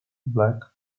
black